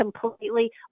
completely